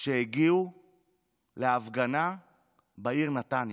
שהגיעו להפגנה בעיר נתניה.